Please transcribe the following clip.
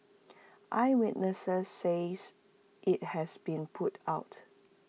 eyewitnesses says IT has been put out